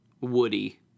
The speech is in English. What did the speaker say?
Woody